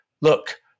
look